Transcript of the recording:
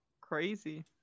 Crazy